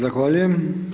Zahvaljujem.